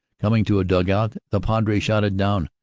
coming to a dug-out, the padre shouted down.